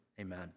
amen